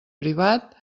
privat